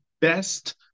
best